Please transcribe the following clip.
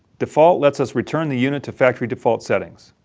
default lets us return the unit to factory default settings.